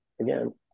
again